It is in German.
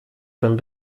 beim